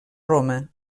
roma